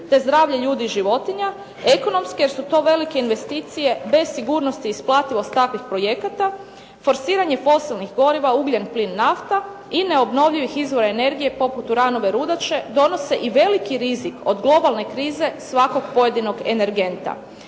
te zdravlje ljudi i životinja, ekonomske jer su to velike investicije bez sigurnosti isplativost takvih projekata, forsiranje fosilnih goriva ugljen, plin, nafta i neobnovljivih izvora energije poput uranove rudače, donose i veliki rizik od globalne krize svakog pojedinog energenta.